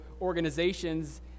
organizations